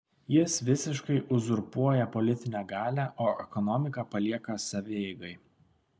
jis visiškai uzurpuoja politinę galią o ekonomiką palieka savieigai